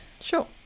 Sure